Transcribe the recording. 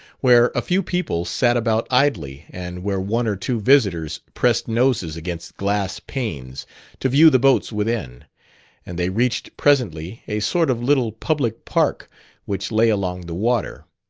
where a few people sat about idly and where one or two visitors pressed noses against glass panes to view the boats within and they reached presently a sort of little public park which lay along the water.